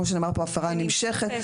הפרה נמשכת,